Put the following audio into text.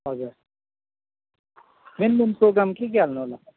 हजुर main main program के के हाल्नु होला